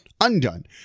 undone